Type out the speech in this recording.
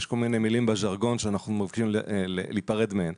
יש כל מיני מילים בז'רגון שאנחנו מבקשים להיפרד מהן.